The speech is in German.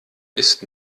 ist